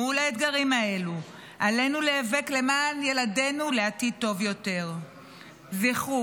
מול האתגרים האלו עלינו להיאבק למען ילדינו לעתיד טוב יותר זכרו: